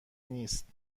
نیست